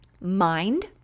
mind